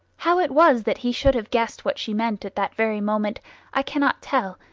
how it was that he should have guessed what she meant at that very moment i cannot tell,